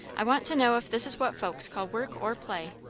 i want to know if this is what folks call work or play?